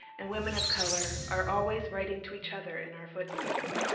and women of color, are always writing to each other in our footnotes.